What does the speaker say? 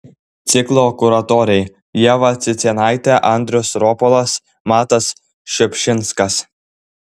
ciklo kuratoriai ieva cicėnaitė andrius ropolas matas šiupšinskas